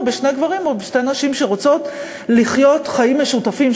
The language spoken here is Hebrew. בשני גברים או בשתי נשים שרוצות לחיות חיים משותפים,